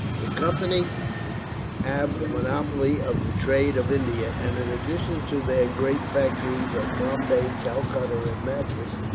the company have the monopoly of the trade of india, and in addition to their great factories at bombay, calcutta, and madras,